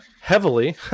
heavily